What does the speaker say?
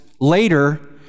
later